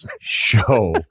show